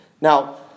Now